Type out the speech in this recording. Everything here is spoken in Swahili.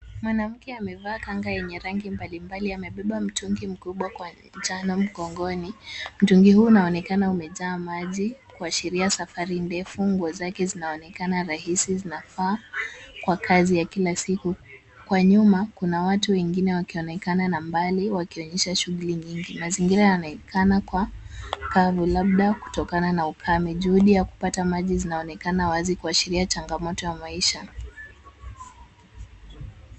Mwanamke amevaa kanga yenye rangi mbalimbali amebeba mtungi mkubwa kwa njano mgongoni. Mtungi huu unaonekana umejaa maji kuashiria ya safari ndefu, nguo zake zinaonekana rahisi zinafaa kwa kazi ya kila siku. Kwa nyuma kuna watu wengine wakionekana na mbali wakionyesha shughuli nyingi. Mazingira yanaonekana kwa kavu, labda kutokana na ukame. Juhudi ya kupata maji zinaonekana wazi kuashiria changamoto ya maisha.